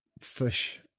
fish